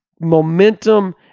momentum